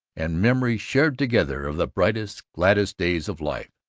and memories shared together of the brightest, gladdest days of life.